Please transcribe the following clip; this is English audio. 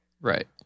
Right